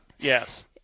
Yes